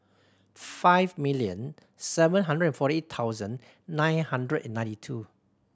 five million seven hundred and forty eight thousand nine hundred and ninety two